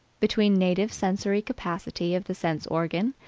between native sensory capacity of the sense organ,